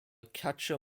catcher